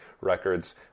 records